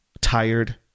tired